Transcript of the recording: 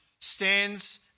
stands